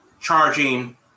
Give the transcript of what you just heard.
charging